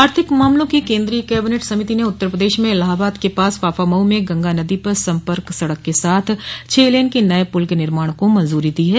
आर्थिक मामलों की केन्द्रीय कैबिनेट समिति ने उत्तर प्रदेश में इलाहाबाद के पास फाफामऊ में गंगा नदी पर सम्पर्क सड़क के साथ छह लेन के नये पुल के निर्माण को मंजूरी दी है